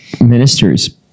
ministers